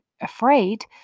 afraid